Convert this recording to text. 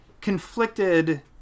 conflicted